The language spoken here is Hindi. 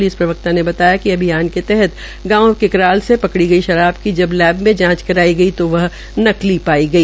पुलिस प्रवक्ता ने बताया कि अभियान के तहत गांव किकराल से पकड़ी शराब की जब लैब में जांच कराई गई वो वह नकली पाई गई